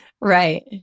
right